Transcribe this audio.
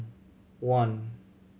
one